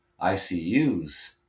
ICUs